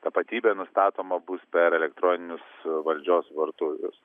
tapatybė nustatoma bus per elektroninius valdžios vartus